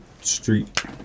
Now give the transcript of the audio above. street